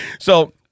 So-